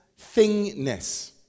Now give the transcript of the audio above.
thingness